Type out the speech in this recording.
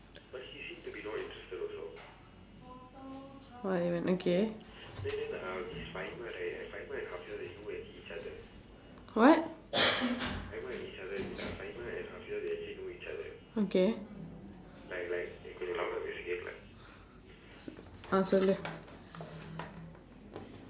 why what okay what okay ah சொல்லு:sollu